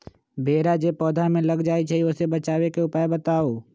भेरा जे पौधा में लग जाइछई ओ से बचाबे के उपाय बताऊँ?